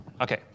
Okay